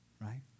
Right